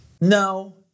No